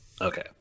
Okay